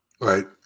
Right